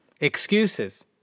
Excuses